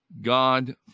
God